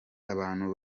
abantu